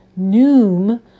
Noom